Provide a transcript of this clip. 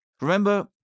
Remember